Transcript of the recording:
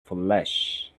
flesh